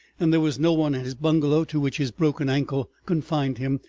and there was no one at his bungalow, to which his broken ankle confined him,